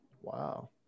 wow